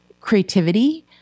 creativity